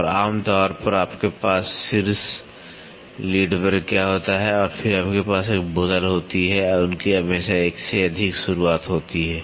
और आम तौर पर आपके पास शीर्ष लीड पर क्या होता है और फिर आपके पास एक बोतल होती है उनकी हमेशा एक से अधिक शुरुआत होती है